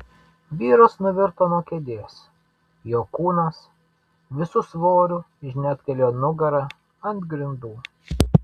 vyras nuvirto nuo kėdės jo kūnas visu svoriu žnektelėjo nugara ant grindų